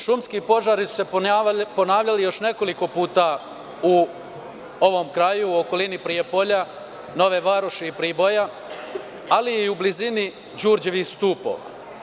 Šumski požari su se ponavljali još nekoliko puta u ovom kraju u okolini Prijepolja, Nove Varoši i Priboja, ali i u blizini Đurđevih stupova.